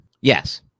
Yes